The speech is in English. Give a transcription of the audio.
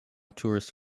tourist